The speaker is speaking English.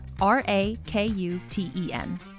R-A-K-U-T-E-N